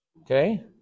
Okay